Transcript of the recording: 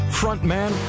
frontman